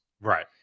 Right